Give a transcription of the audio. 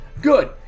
good